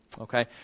okay